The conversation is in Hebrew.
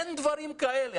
אין דברים כאלה.